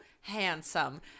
handsome